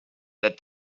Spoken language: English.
that